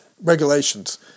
Regulations